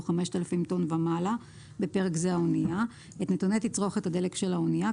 5,000 טון ומעלה (בפרק זה האנייה) את נתוני תצרוכת הדלק של האנייה,